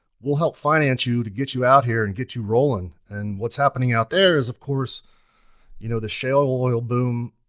we'll help finance you to get you out here and get you rolling. and what's happening out there is of course you know the shale oil boom